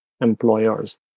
employers